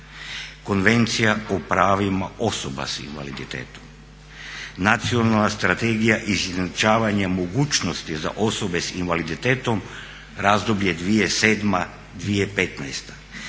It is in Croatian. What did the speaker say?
Konvencija o pravima osoba s invaliditetom, Nacionalna strategija izjednačavanja mogućnosti za osobe s invaliditetom razdoblje 2007-2015.,